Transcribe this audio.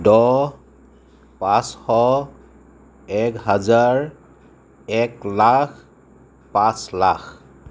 দহ পাঁচশ এক হাজাৰ এক লাখ পাঁচ লাখ